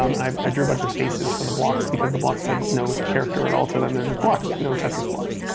um i drew a bunch of faces for the blocks, because the blocks had no character at all to them. there were just blocks, you know, tetris blocks.